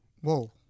Whoa